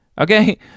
okay